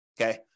Okay